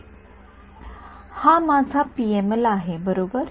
विद्यार्थी क्षय हा माझा पीएमएल आहे बरोबर